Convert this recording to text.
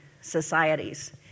societies